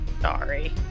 Sorry